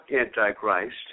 Antichrist